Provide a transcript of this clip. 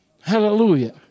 Hallelujah